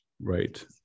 Right